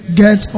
get